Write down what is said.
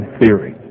Theory